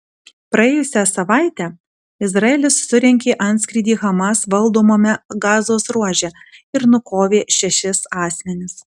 praėjusią savaitę izraelis surengė antskrydį hamas valdomame gazos ruože ir nukovė šešis asmenis